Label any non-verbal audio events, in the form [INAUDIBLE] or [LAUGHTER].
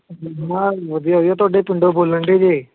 [UNINTELLIGIBLE] ਵਧੀਆ ਵਧੀਆ ਤੁਹਾਡੇ ਪਿੰਡੋਂ ਬੋਲਣ ਡੇ ਜੇ